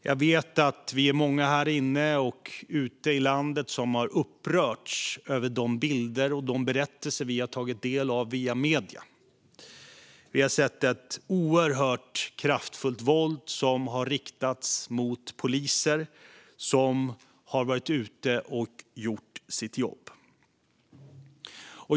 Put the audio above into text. Jag vet att vi är många här inne och ute i landet som har upprörts över de bilder och de berättelser som vi har tagit del av via medierna. Vi har sett ett oerhört kraftfullt våld som har riktats mot poliser som har varit ute och gjort sitt jobb.